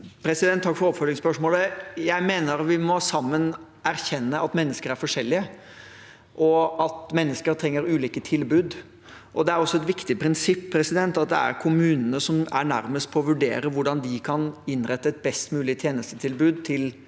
Takk for oppfølgingsspørsmålet. Jeg mener vi sammen må erkjenne at mennesker er forskjellige, og at mennesker trenger ulike tilbud. Det er også et viktig prinsipp at det er kommunene som er nærmest til å vurdere hvordan de kan innrette et best mulig tjenestetilbud til sine